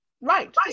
right